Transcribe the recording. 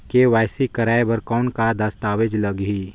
KYC कराय बर कौन का दस्तावेज लगही?